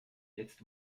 jetzt